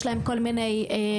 יש להם כל מיני קריטריונים,